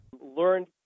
learned